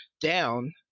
down